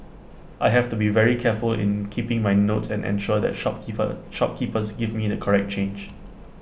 I have to be very careful in keeping my notes and ensure that shopkeeper shopkeepers give me the correct change